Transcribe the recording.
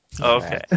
okay